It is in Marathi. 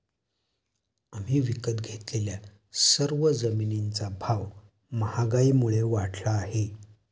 आम्ही विकत घेतलेल्या सर्व जमिनींचा भाव महागाईमुळे वाढला आहे